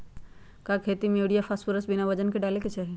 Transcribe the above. का खेती में यूरिया फास्फोरस बिना वजन के न डाले के चाहि?